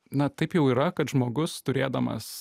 na taip jau yra kad žmogus turėdamas